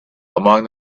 among